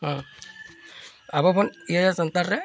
ᱦᱮᱸ ᱟᱵᱚ ᱵᱚᱱ ᱤᱭᱟᱹᱭᱟ ᱥᱟᱱᱛᱟᱲ ᱨᱮ